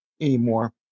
anymore